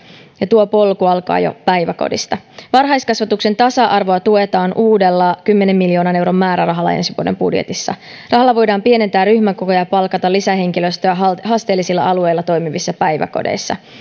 ja tuo polku alkaa jo päiväkodista varhaiskasvatuksen tasa arvoa tuetaan uudella kymmenen miljoonan euron määrärahalla ensi vuoden budjetissa rahalla voidaan pienentää ryhmäkokoja ja palkata lisähenkilöstöä haasteellisilla alueilla toimivissa päiväkodeissa